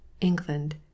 England